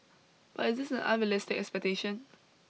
but is this an unrealistic expectation